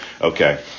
Okay